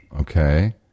okay